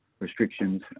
Restrictions